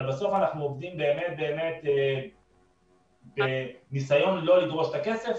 אבל בסוף אנחנו עובדים באמת באמת בניסיון לא לדרוש את הכסף,